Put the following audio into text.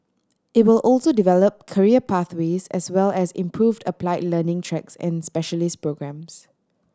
it will also develop career pathways as well as improved apply learning tracks and specialist programmes